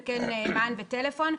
וכן מען וטלפון.